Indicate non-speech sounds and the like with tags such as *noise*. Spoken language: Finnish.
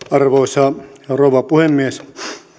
*unintelligible* arvoisa rouva puhemies